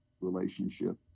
relationship